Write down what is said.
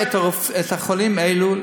אדוני השר, היית מזמין אותי,